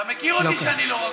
אתה מכיר אותי כשאני לא רגוע.